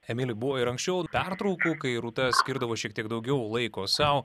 emili buvo ir anksčiau pertraukų kai rūta skirdavo šiek tiek daugiau laiko sau